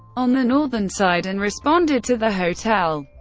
on the northern side, and responded to the hotel.